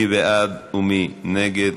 מי בעד ומי נגד?